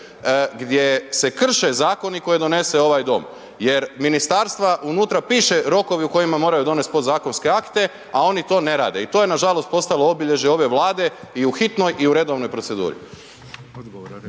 gdje se krše zakoni koje donese ovaj dom. Jer ministarstva, unutra piše rokovi u kojima moraju donest podzakonske akte, a oni to ne rade. I to je nažalost postalo obilježje ove Vlade i u hitnoj i u redovnoj proceduri.